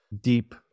deep